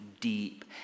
deep